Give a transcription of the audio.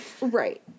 Right